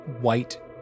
white